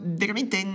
veramente